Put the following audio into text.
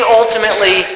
ultimately